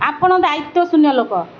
ଆପଣ ଦାୟିତ୍ୱ ଶୂନ୍ୟ ଲୋକ